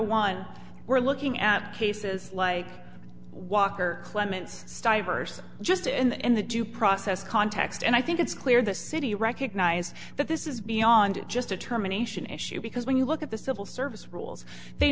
one we're looking at cases like walker clements stivers just in the due process context and i think it's clear the city recognise that this is beyond just determination issue because when you look at the civil service rules they